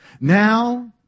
Now